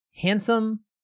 handsome